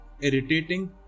irritating